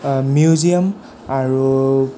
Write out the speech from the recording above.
museum আৰু